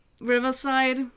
Riverside